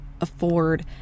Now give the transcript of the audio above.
afford